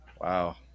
Wow